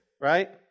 right